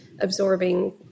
absorbing